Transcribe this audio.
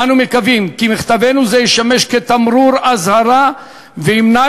אנו מקווים כי מכתבנו זה ישמש תמרור אזהרה וימנע